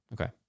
Okay